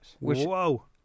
Whoa